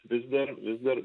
vis dar vis dar